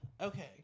Okay